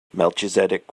melchizedek